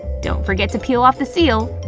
don't forget to peel off the seal!